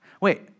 Wait